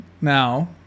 now